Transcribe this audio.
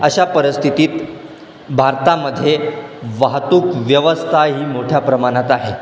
अशा परिस्थितीत भारताध्ये वाहतूक व्यवस्था ही मोठ्या प्रमाणात आहे